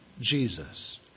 Jesus